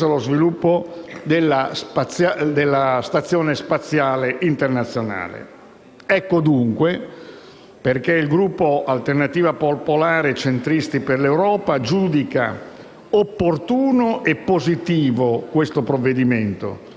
allo sviluppo della Stazione spaziale internazionale. Per tali motivi il Gruppo Alternativa Popolare - Centristi per l'Europa giudica opportuno e positivo il provvedimento